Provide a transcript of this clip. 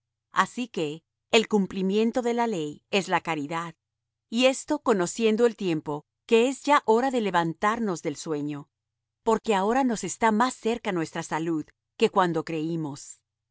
así que el cumplimento de la ley es la caridad y esto conociendo el tiempo que es ya hora de levantarnos del sueño porque ahora nos está más cerca nuestra salud que cuando creímos